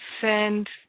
send